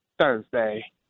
Thursday